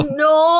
no